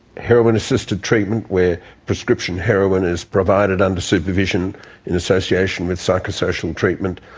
heroin assisted treatment, where prescription heroin is provided under supervision in association with psychosocial treatment.